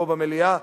פה במליאה,